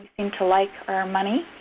seem to like our money.